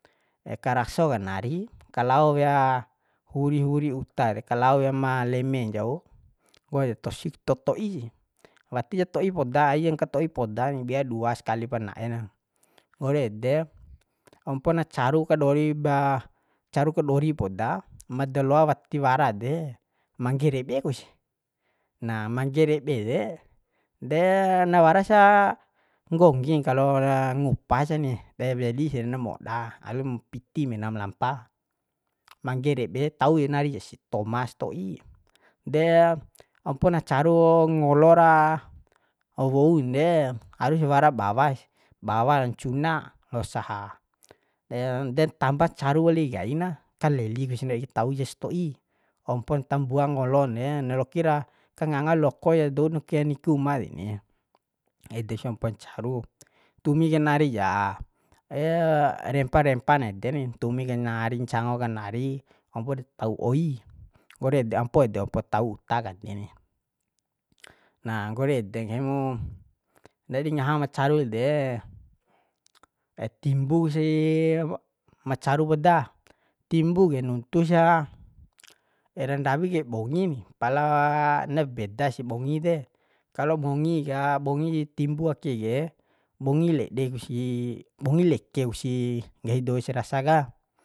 Ekaraso kanari ka lao wea huri huri uta re kalao wea ma leme ncau nggo de tosik toto'i si wati ja to'i poda aijan ka to'i poda ni bi'a dua skalipa na'e na nggori ede ompo na caru kadori ba caru kadori poda ma daloa wati wara de mangge rebe kusi na mangge rebe re de na wara sa nggonggin kalo ra ngupa sani de weli ke na moda alum piti menam lampa mangge rebe tau ki nari kais toma sto'i ompo na caru ngolo ra woun de harus wara bawa si bawa ra ncuna lao saha dentamba caru wali kaina kaleli si ndadi tau jasto'i ompon tambua ngolon de nalokira kanganga loko ja dou niki uma deni edes ampon caru tumi kanari ja rempa rempan ede ni tumi ka nari ncango kanari ompo de tau oi nggori ede ampo ede ompo ompo tau uta kande ni na nggori ede nggahi mu ndadi ngaha ma caru de timbu kusi ma caru poda timbu ke nuntu sa erandawi kai bongi ni pala na beda si bongi de kalo bongi ka bongi kai timbu ake ke bongi lede ku si bongi leke kusi nggahi dou se rasa ka